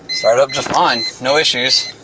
started up just fine, no issues.